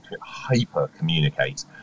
hyper-communicate